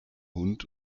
hund